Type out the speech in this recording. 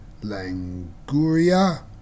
Languria